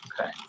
Okay